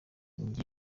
njye